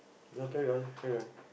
no carry on carry on